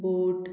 boat